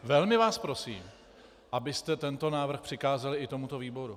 Velmi vás prosím, abyste tento návrh přikázali i tomuto výboru.